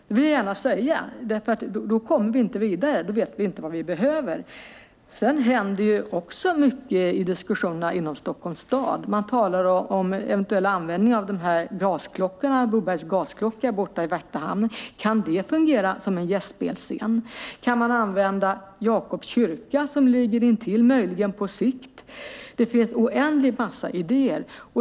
Det vill jag gärna säga. Då kommer vi nämligen inte vidare. Då vet vi inte vad vi behöver. Sedan händer det mycket i diskussionerna inom Stockholms stad. Man talar om eventuell användning av gasklockorna, Bobergs gasklocka i Värtahamnen. Kan den fungera som en gästspelsscen? Kan man möjligen på sikt använda Jacobs kyrka som ligger intill? Det finns oändligt massa idéer.